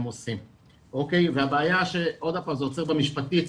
הם עושים והבעיה עוד הפעם זה עוצר במשפטית,